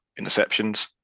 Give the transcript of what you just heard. interceptions